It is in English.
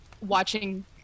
watching